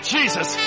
Jesus